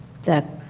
the